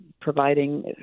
providing